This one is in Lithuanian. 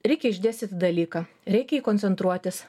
reikia išdėstyti dalyką reikia į jį koncentruotis